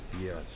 Yes